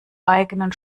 eigenen